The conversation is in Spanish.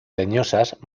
leñosas